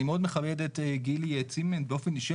אני מאוד מכבד את גילי צימנד באופן אישי,